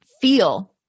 feel